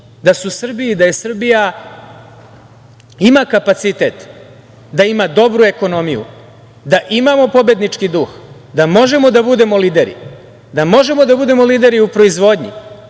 je to moguće, da Srbija ima kapacitet, da ima dobru ekonomiju, da imamo pobednički duh, da možemo da budemo lider, da možemo da budemo lideri u proizvodnji,